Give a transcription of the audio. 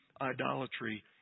idolatry